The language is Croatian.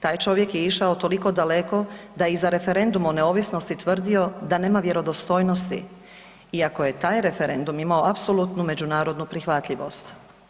Taj čovjek je išao toliko daleko da je i za referendum o neovisnosti tvrdio da nema vjerodostojnosti, iako je taj referendum imao apsolutnu međunarodnu prihvatljivost.